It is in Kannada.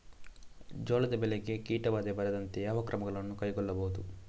ಜೋಳದ ಬೆಳೆಗೆ ಕೀಟಬಾಧೆ ಬಾರದಂತೆ ಯಾವ ಕ್ರಮಗಳನ್ನು ಕೈಗೊಳ್ಳಬಹುದು?